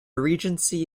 regency